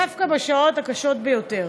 דווקא בשעות הקשות ביותר.